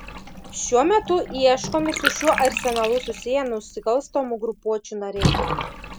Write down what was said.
šiuo metu ieškomi su šiuo arsenalu susiję nusikalstamų grupuočių nariai